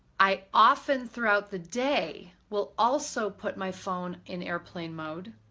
i often throughout the day, will also put my phone in airplane mode,